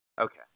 Okay